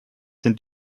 sind